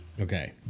Okay